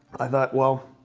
i thought, well,